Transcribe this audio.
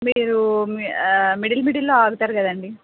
మీరు మిడిల్ మిడిల్లో ఆగుతారు కదండి